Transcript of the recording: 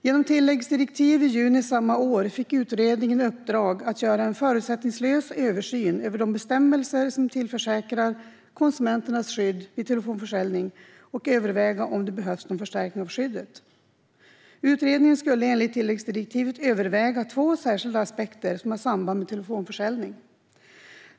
Genom tilläggsdirektiv i juni samma år fick utredningen i uppdrag att göra en förutsättningslös översyn av de bestämmelser som tillförsäkrar konsumenterna skydd vid telefonförsäljning och att överväga om det behövdes någon förstärkning av skyddet. Utredningen skulle enligt tilläggsdirektivet överväga två särskilda aspekter som har samband med telefonförsäljning.